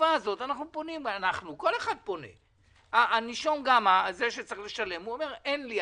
בתקופה הזאת אנחנו פונים או הנישום פונה ואומר: אין לי,